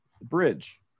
bridge